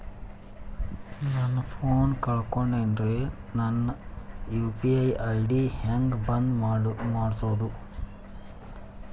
ನನ್ನ ಫೋನ್ ಕಳಕೊಂಡೆನ್ರೇ ನನ್ ಯು.ಪಿ.ಐ ಐ.ಡಿ ಹೆಂಗ್ ಬಂದ್ ಮಾಡ್ಸೋದು?